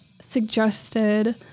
suggested